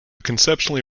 conceptually